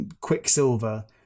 Quicksilver